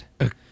Okay